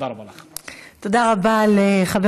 תודה רבה לך.